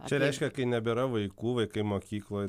čia reiškia kai nebėra vaikų vaikai mokykloje